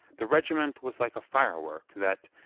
the regiment was like a firework that,